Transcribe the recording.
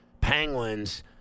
Penguins